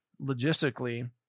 logistically